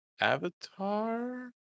Avatar